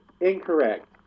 Incorrect